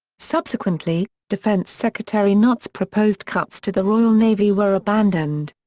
subsequently, defence secretary nott's proposed cuts to the royal navy were abandoned.